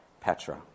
Petra